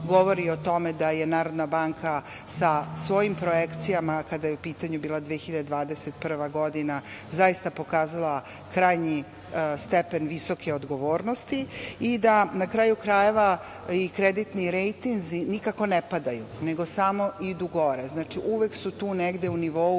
govori o tome da je Narodna banka sa svojim projekcijama, kada je u pitanju bila 2021. godina, zaista pokazala krajnji stepen visoke odgovornosti i da, na kraju krajeva, i kreditni rejtinzi nikako ne padaju, nego samo idu gore. Znači, uvek su tu negde u nivou